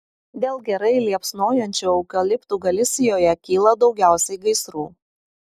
dėl gerai liepsnojančių eukaliptų galisijoje kyla daugiausiai gaisrų